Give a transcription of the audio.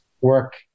work